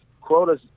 quota's